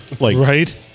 Right